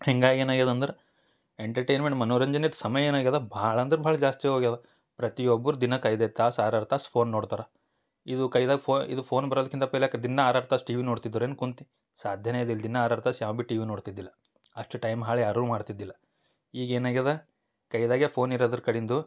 ಹೀಗಾಗಿ ಏನು ಆಗ್ಯದ ಅಂದ್ರ ಎಂಟರ್ಟೈನ್ಮೆಂಟ್ ಮನೋರಂಜನೆದ ಸಮಯ ಏನು ಆಗ್ಯದ ಭಾಳ್ ಅಂದ್ರ ಭಾಳ್ ಜಾಸ್ತಿ ಹೋಗ್ಯಾವ ಪ್ರತಿ ಒಬ್ಬರು ದಿನಕ್ಕೆ ಐದು ಐದು ತಾಸು ಆರು ಆರು ತಾಸು ಫೋನ್ ನೋಡ್ತಾರೆ ಇದು ಕೈದಾಗ ಫೋ ಇದು ಫೋನ್ ಬರದ್ಕಿಂತ ಪೆಹೆಲೇಕ ದಿನ್ನ ಆರು ಆರು ತಾಸು ಟಿವಿ ನೋಡ್ತಿದ್ದರೇನು ಕುಂತಿ ಸಾಧ್ಯನೇ ಇದಿಲ್ಲ ದಿನ ಆರು ಆರು ತಾಸು ಯಾವೊಬ್ ಬಿ ಟಿವಿ ನೋಡ್ತಿದ್ದಿಲ್ಲ ಅಷ್ಟು ಟೈಮ್ ಹಾಳು ಯಾರು ಮಾಡ್ತಿದ್ದಿಲ್ಲ ಈಗ ಏನು ಆಗ್ಯದ ಕೈದಾಗೇ ಫೋನ್ ಇರೋದ್ರ ಕಡಿಂದು